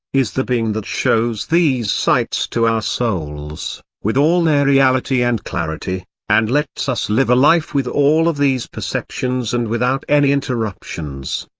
is the being that shows these sights to our souls, with all their reality and clarity, and lets us live a life with all of these perceptions and without any interruptions?